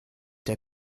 der